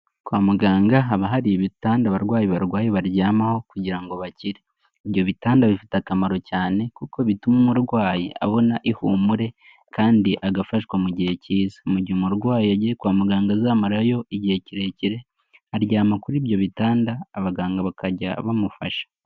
Kwa muganga haba hari ibitanda, abarwayi barwaye baryamaho, kugira ngo bakire. Ibyo bitanda bifite akamaro cyane, kuko bituma umurwayi abona ihumure, kandi agafashwa mu gihe cyiza. Mu gihe umurwayi agiye kwa muganga azamarayo igihe kirekire, aryama kuri ibyo bitanda, abaganga bakajya bamufasha.